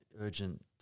urgent